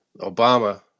Obama